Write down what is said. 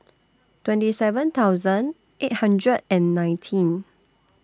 twenty seven thousand eight hundred and nineteen